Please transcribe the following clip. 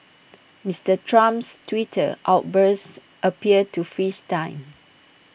Mister Trump's Twitter outbursts appear to freeze time